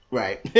right